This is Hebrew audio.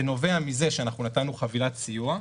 זה נובע מזה שאנחנו נתנו חבילת סיוע.